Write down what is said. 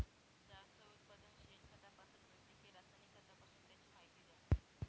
जास्त उत्पादन शेणखतापासून मिळते कि रासायनिक खतापासून? त्याची माहिती द्या